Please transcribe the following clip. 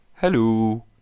Hello